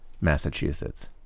Massachusetts